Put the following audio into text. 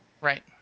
Right